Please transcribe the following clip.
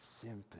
sympathy